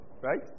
right